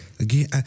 Again